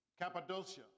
Cappadocia